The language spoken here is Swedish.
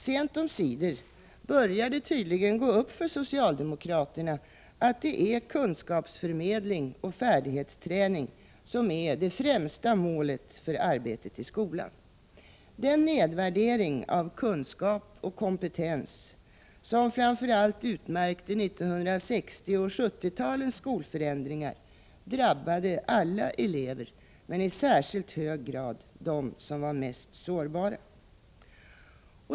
Sent omsider börjar det tydligen gå upp för socialdemokraterna att det är kunskapsförmedling och färdighetsträning som är det främsta målet för arbetet i skolan. Den nedvärdering av kunskap och kompetens som framför allt utmärkte 1960 och 1970-talens skolförändringar drabbade alla elever, men i särskilt hög grad dem som var mest sårbara.